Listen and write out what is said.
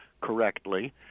correctly